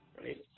right